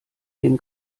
dem